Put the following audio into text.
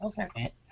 Okay